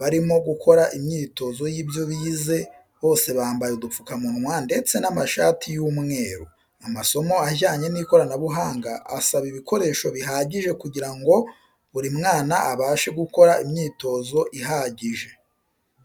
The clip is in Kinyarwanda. barimo gukora imyitozo y'ibyo bize, bose bambaye udupfukamunwa ndetse n'amashati y'umweru. Amasomo ajyanye n'ikoranabuhanga asaba ibikoreso bihagije kugirango buri mwana abashe gukora imyitozo ihagije.